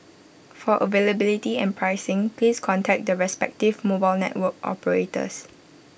for availability and pricing please contact the respective mobile network operators